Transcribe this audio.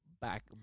back